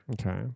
okay